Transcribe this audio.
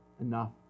enough